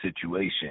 situation